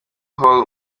hall